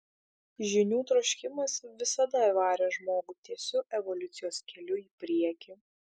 žinių troškimas visada varė žmogų tiesiu evoliucijos keliu į priekį